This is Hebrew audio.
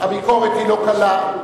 הביקורת היא לא קלה.